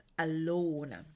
alone